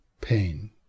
pain